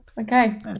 Okay